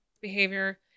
behavior